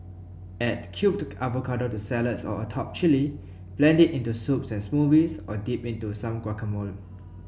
add cubed avocado to salads or atop chilli blend it into soups and smoothies or dip into some guacamole